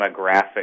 demographic